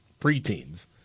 preteens